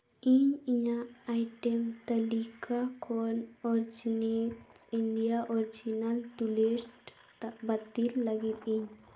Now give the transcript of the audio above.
ᱤᱧ ᱤᱧᱟᱹᱜ ᱟᱭᱴᱮᱢ ᱛᱟᱹᱞᱤᱠᱟ ᱠᱷᱚᱱ ᱚᱨᱜᱟᱱᱤᱠ ᱤᱱᱰᱤᱭᱟ ᱚᱨᱤᱡᱤᱱᱟᱞ ᱴᱩᱞᱤᱥ ᱵᱟᱹᱛᱤᱞ ᱞᱟᱹᱜᱤᱫ ᱤᱧ